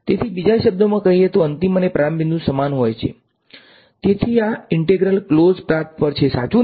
તેથી બીજા શબ્દોમાં કહીએ તો અંતિમ અને પ્રારંભિક બિંદુ સમાન હોય છે તેથી આ ઈંન્ટ્રેગલ ક્લોઝ પાથ પર છે સાચુ ને